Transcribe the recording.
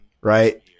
Right